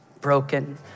broken